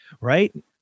Right